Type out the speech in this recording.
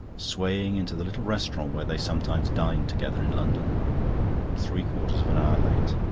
swaying into the little restaurant where they sometimes dined together in london three quarters of an hour late,